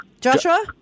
Joshua